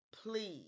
please